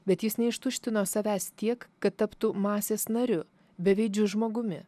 bet jis neištuštino savęs tiek kad taptų masės nariu beveidžiu žmogumi